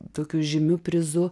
tokiu žymiu prizu